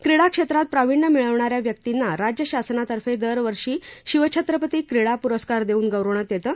क्रीडा क्षेत्रात प्राविण्य मिळवणाऱ्या व्यक्तींना राज्य शासनातर्फे दरवर्षी शिवछत्रपती क्रीडा पुरस्कार देऊन गौरवण्यात येतं